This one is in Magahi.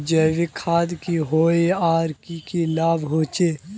जैविक खाद की होय आर की की लाभ होचे?